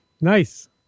Nice